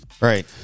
Right